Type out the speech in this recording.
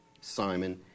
Simon